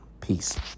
Peace